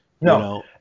no